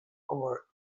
our